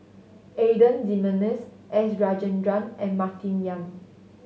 Adan Jimenez S Rajendran and Martin Yan